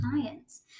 clients